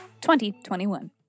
2021